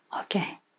Okay